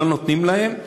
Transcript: לא נותנים להם.